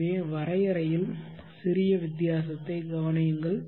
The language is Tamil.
எனவே வரையறையில் சிறிய வித்தியாசத்தைக் கவனியுங்கள்